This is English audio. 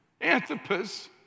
Antipas